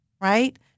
Right